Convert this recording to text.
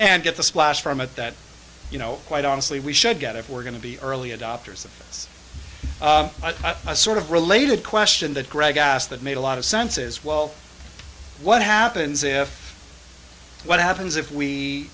and get the splash from it that you know quite honestly we should get if we're going to be early adopters of it's a sort of related question that greg asked that made a lot of sense as well what happens if what happens if we